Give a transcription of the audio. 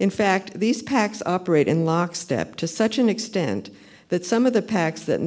in fact these pacs operate in lockstep to such an extent that some of the pac